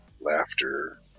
laughter